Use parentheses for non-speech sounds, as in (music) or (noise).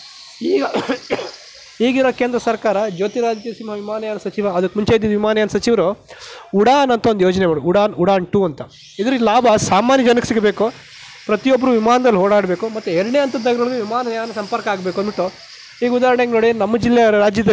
ಈಗ ಈಗಿರೋ ಕೇಂದ್ರ ಸರ್ಕಾರ ಜ್ಯೋತಿರಾಜ್ ಸಿಂಧಿಯಾ ವಿಮಾನಯಾನ ಸಚಿವ ಅದಕ್ಕೆ ಮುಂಚೆ ಇದ್ದಿದ್ದ ವಿಮಾನಯಾನ ಸಚಿವರು ಉಡಾನ್ ಅಂತೊಂದು ಯೋಜನೆ (unintelligible) ಉಡಾನ್ ಉಡಾನ್ ಟೂ ಅಂತ ಇದರಿಂದ ಲಾಭ ಸಾಮಾನ್ಯ ಜನರಿಗೆ ಸಿಗಬೇಕು ಪ್ರತಿಯೊಬ್ಬರು ವಿಮಾನದಲ್ಲಿ ಓಡಾಡ್ಬೇಕು ಮತ್ತೆ ಎರಡನೇ ಹಂತದ ನಗರಗಳಿಗೆ ವಿಮಾನಯಾನ ಸಂಪರ್ಕ ಆಗಬೇಕು ಅಂದ್ಬಿಟ್ಟು ಈಗ ಉದಾಹರಣೆಗೆ ನೋಡಿ ನಮ್ಮ ಜಿಲ್ಲೆ ರಾಜ್ಯದಲ್ಲಿ